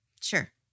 Sure